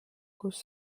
kus